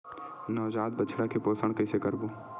नवजात बछड़ा के पोषण कइसे करबो?